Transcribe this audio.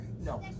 No